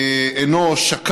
אנוש, שק"ל,